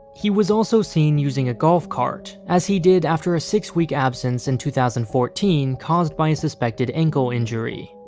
he was also seen using a golf cart, as he did after a six week absence in two thousand and fourteen caused by a suspected ankle injury.